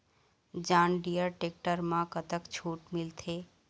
John Deere tractor म कतक छूट मिलथे?